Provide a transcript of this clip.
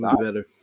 better